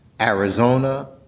Arizona